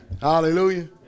Hallelujah